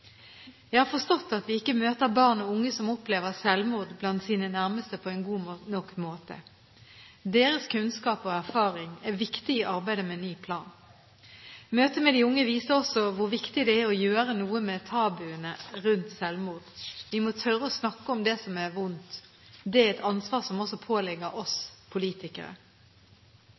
Jeg har forstått at vi ikke møter barn og unge som opplever selvmord blant sine nærmeste, på en god nok måte. Deres kunnskap og erfaring er viktig i arbeidet med en ny plan. Møtet med de unge viste også hvor viktig det er å gjøre noe med tabuene rundt selvmord. Vi må tørre å snakke om det som er vondt. Det er et ansvar som også påligger oss politikere.